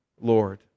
Lord